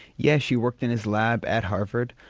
yes, she worked in his lab at harvard.